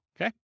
okay